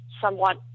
somewhat